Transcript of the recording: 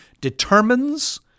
determines